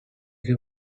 che